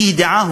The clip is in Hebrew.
כידיעה,